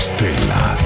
Stella